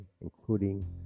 including